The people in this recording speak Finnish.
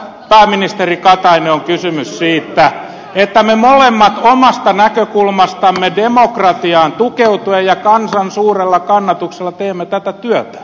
kyllä tässä pääministeri katainen on kysymys siitä että me molemmat omasta näkökulmastamme demokratiaan tukeutuen ja kansan suurella kannatuksella teemme tätä työtä